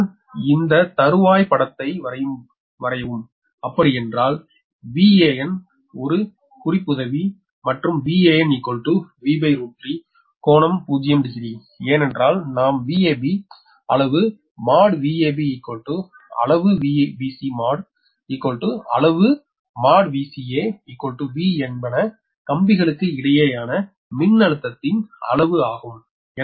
இதேபோல் இந்த தருவாய் படத்தை வரையவும் அப்படி என்றால் Van ஒரு குறிப்புதவி மற்றும் VanV3கோணம் 0 டிகிரி ஏனென்றால் நாம் Vab அளவு |Vab| அளவு |Vbc| அளவு |Vca| V என்பன கம்பிகளுக்கு இடையேயான மின்னழுத்ததின் அளவு ஆகும்